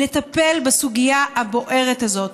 לטפל בסוגיה הבוערת הזאת.